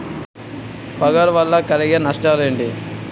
Fungal వల్ల కలిగే నష్టలేంటి?